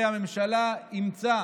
והממשלה אימצה